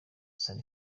san